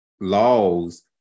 Laws